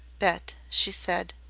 bet, she said,